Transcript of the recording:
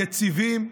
יציבים,